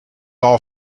all